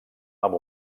amb